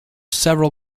several